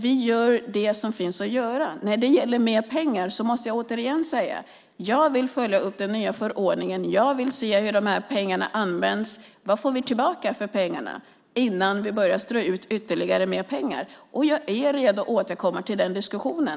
Vi gör det som finns att göra. När det gäller mer pengar måste jag åter säga: Jag vill följa upp den nya förordningen. Jag vill se hur pengarna används, vad vi får tillbaka innan vi börjar strö ut ytterligare pengar. Jag är redo att återkomma till den diskussionen.